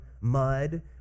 mud